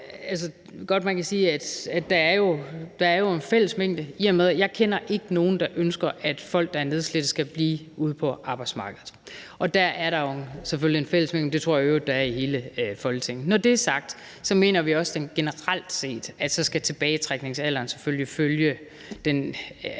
der er en fællesmængde, i og med at jeg ikke kender nogen, der ønsker, at folk, der er nedslidte, skal blive på arbejdsmarkedet. Og der er der jo selvfølgelig en fællesmængde, men det tror jeg i øvrigt der er i hele Folketinget. Når det er sagt, mener vi også, at generelt set skal tilbagetrækningsalderen selvfølgelig følge det, at